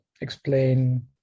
explain